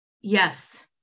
Yes